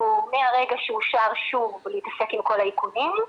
מהרגע שאושר שוב להתעסק עם כל האיכונים.